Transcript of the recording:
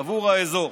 עבור האזור.